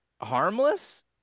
harmless